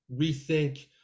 rethink